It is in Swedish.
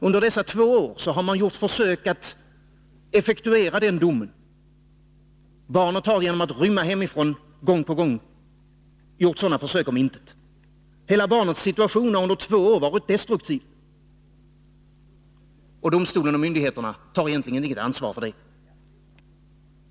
Under dessa två år har man gjort försök att effektuera den domen. Barnet har genom att rymma hemifrån gång på gång gjort sådana försök om intet. Barnets hela situation har under två år varit destruktiv, och domstolen och myndigheterna tar egentligen inget ansvar för det.